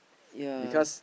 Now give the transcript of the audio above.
ya